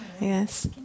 Yes